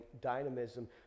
dynamism